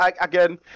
Again